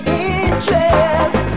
interest